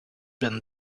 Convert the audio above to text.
been